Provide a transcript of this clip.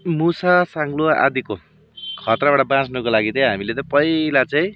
मुसा साङ्लो आदिको खत्राबाट बाँच्नको लागि चाहिँ हामीले चाहिँ पहिला चाहिँ